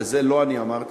ואת זה לא אני אמרתי,